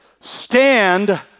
stand